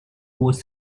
was